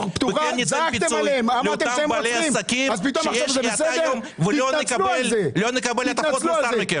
מתווה פיצוי לאותם בעלי עסקים שיש אצלם האטה ולא נקבל מכם הטפות מוסר.